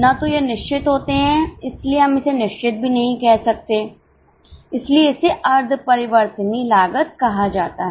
न तो यह निश्चित होते हैं इसलिए हम इसे निश्चित भी नहीं कह सकते इसीलिए इसे अर्ध परिवर्तनीय लागत कहा जाता है